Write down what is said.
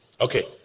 Okay